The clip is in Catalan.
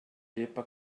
llepa